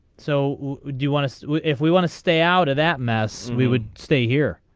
so do you want to switch if we want to stay out of that mess. we would stay here.